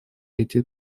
эти